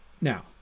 Now